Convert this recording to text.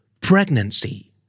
Pregnancy